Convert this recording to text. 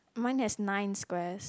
mine has nine squares